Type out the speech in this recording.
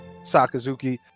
Sakazuki